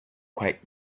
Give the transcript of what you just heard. quite